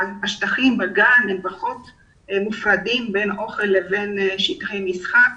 בגן יש פחות הפרדה בין שטחי אוכל לבין שטחי משחק.